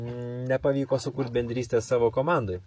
nepavyko sukurt bendrystės savo komandoj